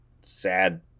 sad